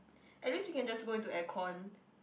at least we can just go into aircon